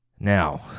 Now